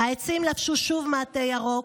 "העצים לבשו שוב מעטה ירוק,